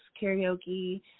karaoke